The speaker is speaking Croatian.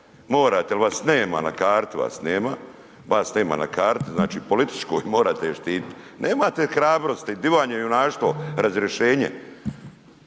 morate jel vas nema, na karti vas nema, vas nema na karti, znači političkoj morate je štiti. Nemate hrabrosti, di vam je junaštvo razrješenje?